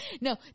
No